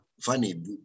funny